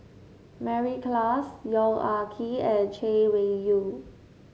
Mary Klass Yong Ah Kee and Chay Weng Yew